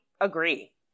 agree